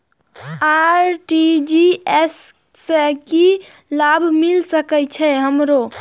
RTGS से की लाभ मिल सके छे हमरो?